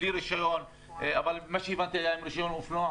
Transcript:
בלי רישיון אבל מה שהבנתי היה עם רישיון אופנוע,